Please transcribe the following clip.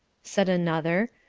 said another.